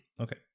Okay